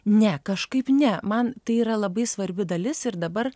ne kažkaip ne man tai yra labai svarbi dalis ir dabar